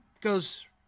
goes